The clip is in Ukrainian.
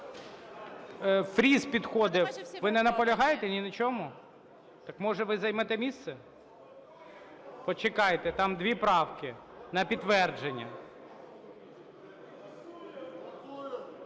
Фріс підходив. Ви не наполягаєте ні на чому? Так може ви займете місце. Почекайте, там дві правки на підтвердження.